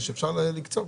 אפשר לקצוב